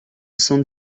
cent